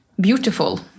beautiful